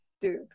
dude